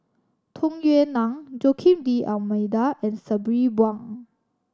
Tung Yue Nang Joaquim D'Almeida and Sabri Buang